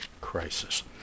Crisis